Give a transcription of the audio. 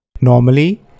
Normally